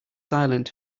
silent